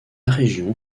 région